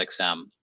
XM